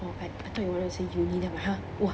oh I I thought you wanted to say uni then I'm like !huh! !wah!